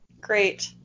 Great